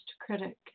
critic